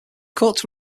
courts